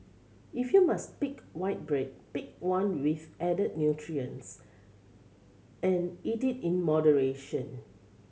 if you must pick white bread pick one with added nutrients and eat it in moderation